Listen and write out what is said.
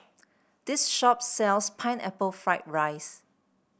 this shop sells Pineapple Fried Rice